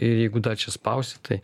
ir jeigu dar čia spausi tai